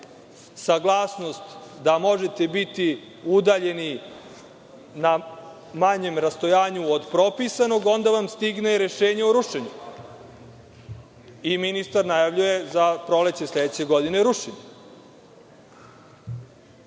saglasnost da možete biti udaljeni na manjem rastojanju od propisanog, onda vam stigne rešenje o rušenju i ministar najavljuje za proleće sledeće godine